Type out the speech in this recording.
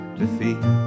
defeat